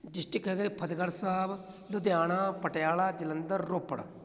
district ਹੈਗਾ ਫਤਿਹਗੜ੍ਹ ਸਾਹਿਬ ਲੁਧਿਆਣਾ ਪਟਿਆਲਾ ਜਲੰਧਰ ਰੋਪੜ